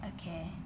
Okay